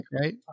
right